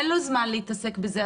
אין לו זמן להתעסק בזה,